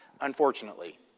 unfortunately